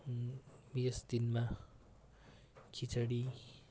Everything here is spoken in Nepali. यस दिनमा खिचडी